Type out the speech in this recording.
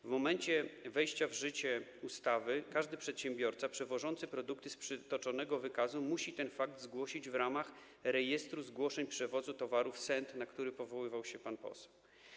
W momencie wejścia w życie ustawy każdy przedsiębiorca przewożący produkty z przytoczonego wykazu musi ten fakt zgłosić w ramach rejestru zgłoszeń przewozu towarów SENT, na który powoływał się pan poseł.